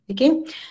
Okay